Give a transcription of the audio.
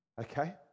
Okay